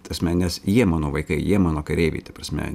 ta prasme nes jie mano vaikai jie mano kareiviai ta prasme